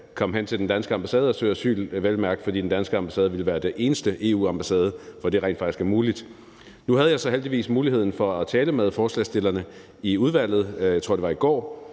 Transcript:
komme hen til den danske ambassade og søge asyl, vel at mærke fordi den danske ambassade ville være den eneste EU-ambassade, hvor det rent faktisk ville være muligt. Nu havde jeg så heldigvis muligheden for at tale med forslagsstillerne i udvalget, jeg tror, det var i går,